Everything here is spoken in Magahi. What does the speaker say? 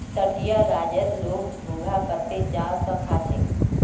तटीय राज्यत लोग घोंघा कत्ते चाव स खा छेक